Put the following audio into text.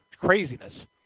Craziness